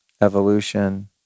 evolution